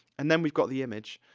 and then we've got the image.